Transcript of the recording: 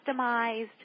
customized